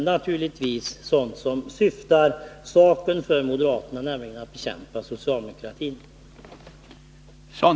Vad moderaterna närmast syftar till är tydligen att bekämpa socialdemokratin.